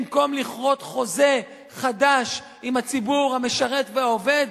במקום לכרות חוזה חדש עם הציבור המשרת והעובד,